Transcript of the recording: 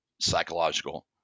psychological